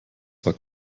zwar